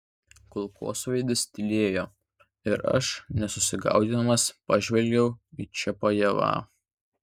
kulkosvaidis tylėjo ir aš nesusigaudydamas pažvelgiau į čiapajevą